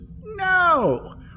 No